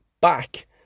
back